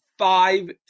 Five